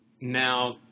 Now